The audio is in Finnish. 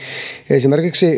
esimerkiksi